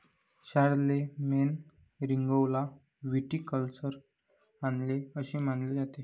शारलेमेनने रिंगौला व्हिटिकल्चर आणले असे मानले जाते